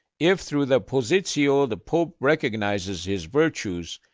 if through the positio, the pope recognizes his virtues,